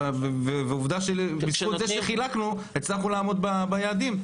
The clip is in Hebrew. בזכות זה שחילקנו הצלחנו לעמוד ביעדים.